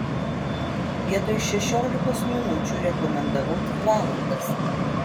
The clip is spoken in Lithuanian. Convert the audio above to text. vietoj šešiolikos minučių rekomendavau dvi valandas